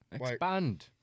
Expand